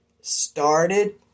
started